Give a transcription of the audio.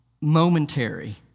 momentary